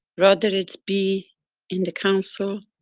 rather it be in the council,